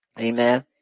Amen